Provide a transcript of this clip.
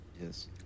Yes